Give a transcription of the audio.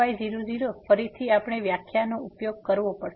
તો fy0 0 ફરીથી આપણે વ્યાખ્યાનો ઉપયોગ કરવો પડશે